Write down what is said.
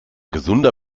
gesunder